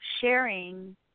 sharing